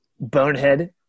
Bonehead